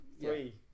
three